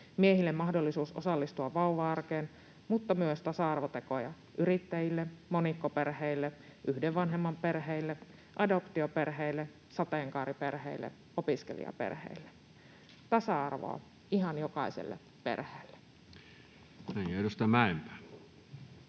miehille mahdollisuus osallistua vauva-arkeen, mutta myös tasa-arvotekoja yrittäjille, monikkoperheille, yhden vanhemman perheille, adoptioperheille, sateenkaariperheille, opiskelijaperheille — tasa-arvoa ihan jokaiselle perheelle. [Speech 279] Speaker: